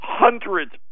hundreds